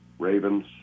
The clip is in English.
ravens